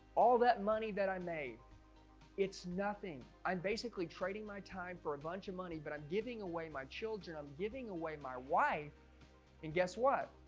all that money that i made it's nothing. i'm basically trading my time for a bunch of money, but i'm giving away my children. i'm giving away my wife and guess what?